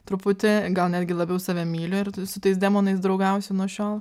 truputį gal netgi labiau save myliu ir tu su tais demonais draugausiu nuo šiol